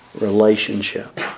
relationship